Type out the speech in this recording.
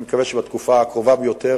אני מקווה שבתקופה הקרובה ביותר,